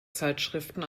zeitschriften